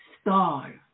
star